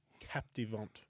Captivant